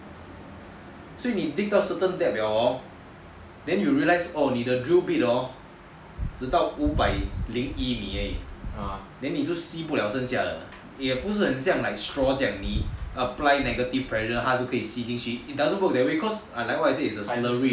所以你 dig 到 certain depth liao hor then you realise orh 你的 drill brit hor 直到五百零一而已 then 你就吸不了剩下的你也不是很像 like straw 这样 like 你 apply negative pressure 他就可以吸进去 it doesn't work that way cause like what I said it's a binary ah